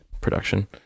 production